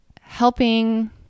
helping